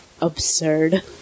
absurd